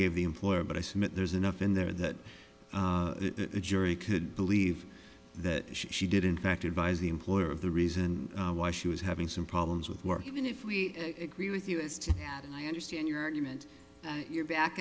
gave the employer but i submit there's enough in there that the jury could believe that she did in fact advise the employer of the reason why she was having some problems with work even if we agree with you as to i understand your argument that you're back